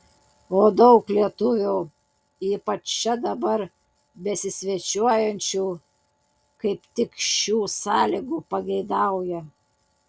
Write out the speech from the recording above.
o daug lietuvių ypač čia dabar besisvečiuojančių kaip tik šių sąlygų pageidauja